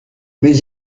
mais